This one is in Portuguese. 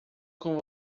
com